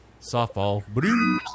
Softball